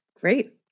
Great